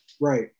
right